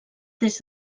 des